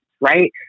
right